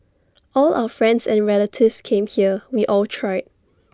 all our friends and relatives came here we all tried